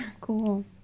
Cool